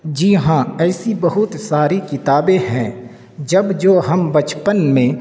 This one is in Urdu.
جی ہاں ایسی بہت ساری کتابیں ہیں جب جو ہم بچپن میں